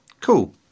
Cool